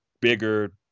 bigger